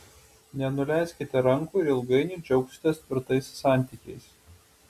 nenuleiskite rankų ir ilgainiui džiaugsitės tvirtais santykiais